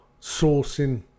sourcing